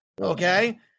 Okay